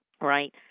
right